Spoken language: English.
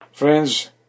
Friends